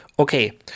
okay